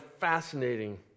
fascinating